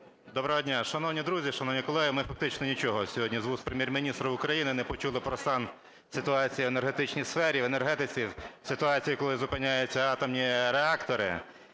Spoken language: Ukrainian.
Доброго дня. Шановні друзі, шановні колеги! Ми фактично нічого сьогодні з вуст Прем'єр-міністра України не почули про стан, ситуацію в енергетичній сфері, в енергетиці – ситуацію, коли зупиняються атомні реактори.